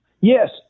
Yes